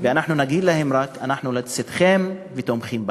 ואנחנו נגיד להם רק: אנחנו לצדכם ותומכים בכם.